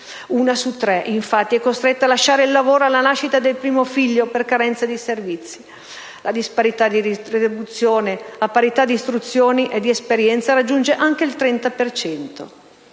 una su tre, infatti, è costretta a lasciare il lavoro alla nascita del primo figlio, per carenza di servizi. La disparità di retribuzione, a parità di istruzione e di esperienza, raggiunge anche il 30